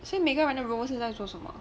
所以每个人的 role 是在做什么